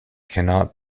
cannot